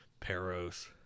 Peros